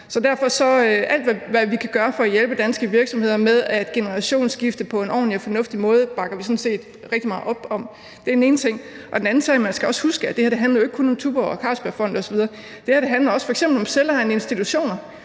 om alt, hvad vi kan gøre for at hjælpe danske virksomheder med at generationsskifte på en ordentlig og fornuftig måde. Det er den ene ting. Den anden ting er, at man også skal huske, at det her jo ikke kun handler om Tuborgfondet og Carlsbergfondet osv. Det her handler f.eks. også om selvejende institutioner,